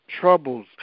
troubles